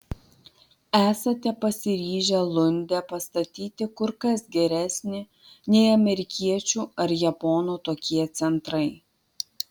esate pasiryžę lunde pastatyti kur kas geresnį nei amerikiečių ar japonų tokie centrai